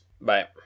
Bye